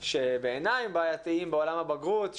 שבעיניי הם בעייתיים בעולם הבגרות,